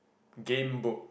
Gamebooks